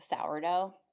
sourdough